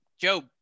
Joe